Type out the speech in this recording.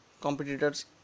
competitors